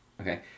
Okay